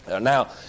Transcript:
Now